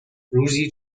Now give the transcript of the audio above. روزی